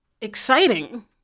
exciting